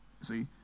See